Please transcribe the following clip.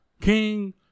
King